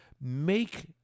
make